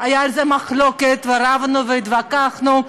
הייתה על זה מחלוקת ורבנו והתווכחנו,